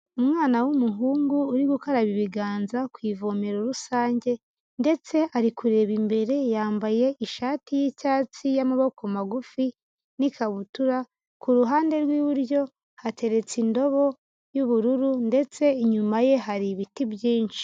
Umwana w'umuhungu uri gukaraba ibiganza ku ivomero rusange, ndetse ari kureba imbere yambaye ishati y'icyatsi y'amaboko magufi n'ikabutura, ku ruhande rw'iburyo hateretse indobo y'ubururu ndetse inyuma ye hari ibiti byinshi.